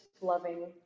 loving